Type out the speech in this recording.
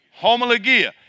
Homologia